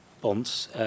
bonds